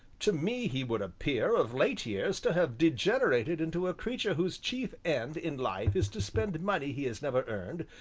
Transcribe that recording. to me he would appear, of late years, to have degenerated into a creature whose chief end in life is to spend money he has never earned,